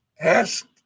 ask